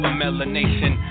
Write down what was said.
melanation